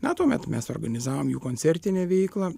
na tuomet mes organizavom jų koncertinę veiklą